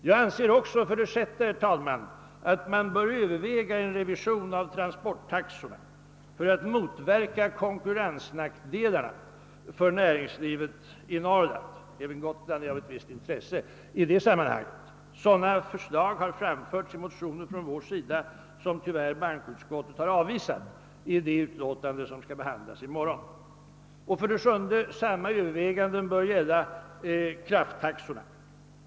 För det sjätte anser jag att man bör överväga en revision av transporttaxorna för att motverka konkurrensnackdelarna för näringslivet i Norrland. även Gotland är av ett visst intresse i det sammanhanget. Sådana förslag har framförts i motioner från oss, vilka bankoutskottet tyvärr har avstyrkt i det utlåtande som skall behandlas i morgon. För det sjunde bör samma överväganden gälla krafttaxorna.